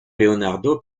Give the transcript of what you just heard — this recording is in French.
leonardo